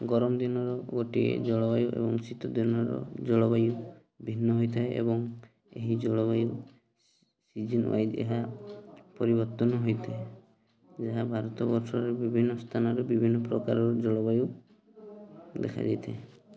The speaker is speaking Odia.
ଗରମ ଦିନର ଗୋଟିଏ ଜଳବାୟୁ ଏବଂ ଶୀତ ଦିନର ଜଳବାୟୁ ଭିନ୍ନ ହୋଇଥାଏ ଏବଂ ଏହି ଜଳବାୟୁ ସିଜନ୍ ୱାଇଜ୍ ଏହା ପରିବର୍ତ୍ତନ ହୋଇଥାଏ ଯାହା ଭାରତ ବର୍ଷରେ ବିଭିନ୍ନ ସ୍ଥାନରେ ବିଭିନ୍ନ ପ୍ରକାରର ଜଳବାୟୁ ଦେଖାଯାଇଥାଏ